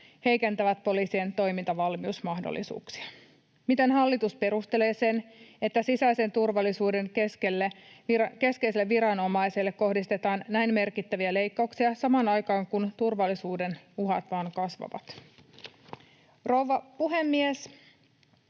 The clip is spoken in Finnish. heikentävät poliisien toimintavalmiusmahdollisuuksia. Miten hallitus perustelee sen, että sisäisen turvallisuuden keskeiselle viranomaiselle kohdistetaan näin merkittäviä leikkauksia samaan aikaan, kun turvallisuuden uhat vain kasvavat? Rouva puhemies!